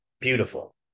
beautiful